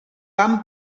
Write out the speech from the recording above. van